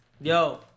Yo